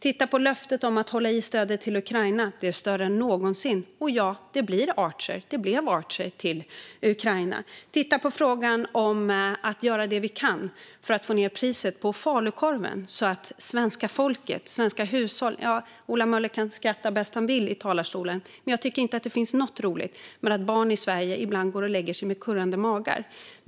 Titta på löftet om att hålla i stödet till Ukraina! Det är större än någonsin, och ja - det blev Archer till Ukraina. Titta på frågan om att göra det vi kan för att få ned priset på falukorv för de svenska hushållen! Ola Möller kan skratta bäst han vill i talarstolen, men jag tycker inte att det finns något roligt med att barn i Sverige ibland går och lägger sig med kurrande magar.